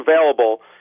available